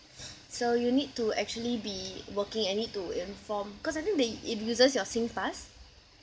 so you need to actually be working and need to inform cause I think they it uses your singpass